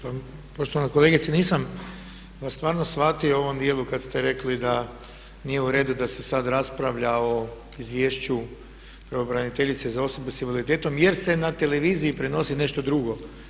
Poštovana kolegice, nisam vas stvarno shvatio u ovom dijelu kad ste rekli da nije u redu da se sad raspravlja o Izvješću pravobraniteljice za osobe sa invaliditetom jer se na televiziji prenosi nešto drugo.